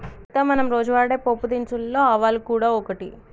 సీత మనం రోజు వాడే పోపు దినుసులలో ఆవాలు గూడ ఒకటి